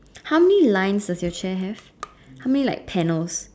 how many lines does your chair have how many like panels